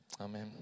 Amen